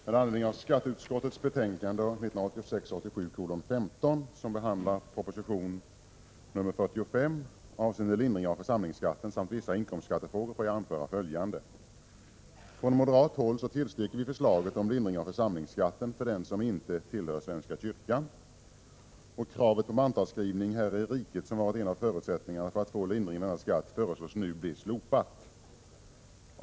Herr talman! Med anledning av skatteutskottets betänkande 1986 87:45 avseende lindring av församlingsskatten samt vissa inkomstskattefrågor får jag anföra följande: Från moderat håll tillstyrker vi förslaget om lindring av församlingsskatten för den som inte tillhör svenska kyrkan. Kravet på mantalsskrivning här i riket, som varit en av förutsättningarna för att få lindring av denna skatt, föreslås nu bli slopat.